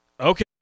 okay